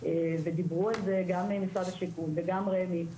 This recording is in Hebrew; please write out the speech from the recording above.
שדיברו על זה גם משרד השיכון וגם רמ"י,